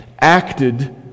acted